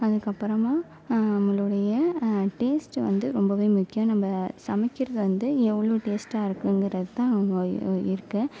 அதுக்கப்புறமா நம்பளோடைய டேஸ்ட்டு வந்து ரொம்பவே முக்கியம் நம்ப சமைக்கிறது வந்து எவ்வளோ டேஸ்ட்டாக இருக்குங்கற தான் இருக்கு